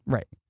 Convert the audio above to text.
Right